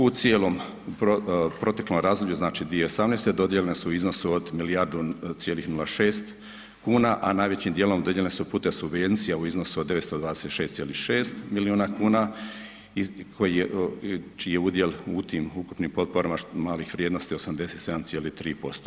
U cijelom proteklom razdoblju, znači 2018. dodijeljene su od milijardu cijelih nula šest kuna a najvećim djelom dodijeljene su putem subvencija u iznosu od 926, 6 milijuna kuna čiji je udjel u tim ukupnim potporama malih vrijednosti, 87,3%